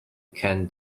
can